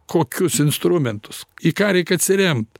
kokius instrumentus į ką reik atsiremt